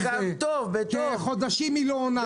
אבל חודשים היא לא עונה לי.